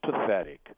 pathetic